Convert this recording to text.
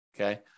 Okay